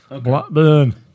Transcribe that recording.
Blackburn